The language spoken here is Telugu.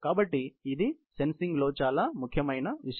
కాబట్టి ఇది సెన్సింగ్లో చాలా ముఖ్యమైన విషయం